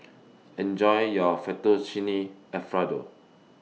Enjoy your Fettuccine Alfredo